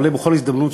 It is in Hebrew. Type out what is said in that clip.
עולה בכל הזדמנות,